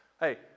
hey